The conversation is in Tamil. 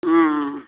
ஆ ஆ